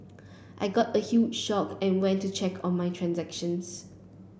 I got a huge shocked and went to check on my transactions